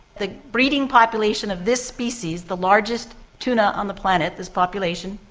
the breeding population of this species, the largest tuna on the planet, this population,